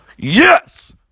Yes